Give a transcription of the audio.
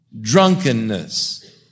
drunkenness